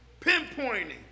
Pinpointing